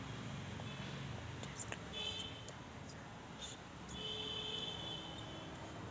मी कोनच्या सरकारी योजनेत पैसा गुतवू शकतो?